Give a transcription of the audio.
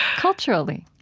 culturally